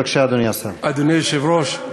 בבקשה, אדוני השר.